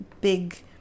big